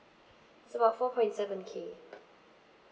it's about four point seven K